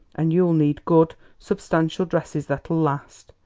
and you'll need good, substantial dresses that'll last.